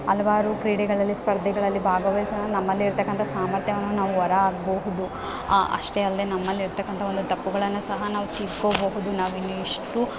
ಹಲ್ವಾರು ಕ್ರೀಡೆಗಳಲ್ಲಿ ಸ್ಪರ್ಧೆಗಳಲ್ಲಿ ಭಾಗವಹಿಸು ನಮ್ಮಲ್ಲಿ ಇರತಕ್ಕಂಥ ಸಾಮರ್ಥ್ಯವನ್ನು ನಾವು ಹೊರಹಾಕ್ಬಹುದು ಅಷ್ಟೇ ಅಲ್ಲದೆ ನಮ್ಮಲ್ಲಿ ಇರ್ತಕ್ಕಂಥ ಒಂದು ತಪ್ಪುಗಳನ್ನು ಸಹ ನಾವು ತಿದ್ಕೋಬಹುದು ನಾವಿನ್ನಷ್ಟು